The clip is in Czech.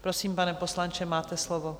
Prosím, pane poslanče, máte slovo.